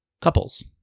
couples